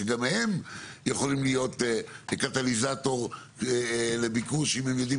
שגם הם יכולים להיות --- לביקוש אם הם יודעים